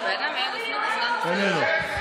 איננו.